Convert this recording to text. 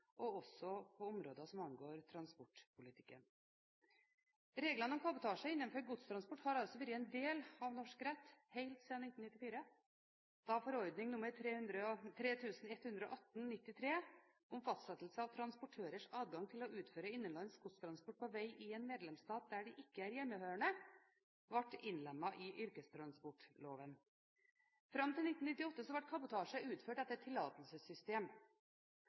EU, også på områder som angår transportpolitikken. Reglene om kabotasje innenfor godstransport har altså vært en del av norsk rett helt siden 1994 da forordning nr. 3118/93 om fastsettelse av transportørers adgang til å utføre innenlands godstransport på vei i en medlemsstat der de ikke er hjemmehørende, ble innlemmet i yrkestransportloven. Fram til 1998 var kabotasje utført etter et tillatelsessystem,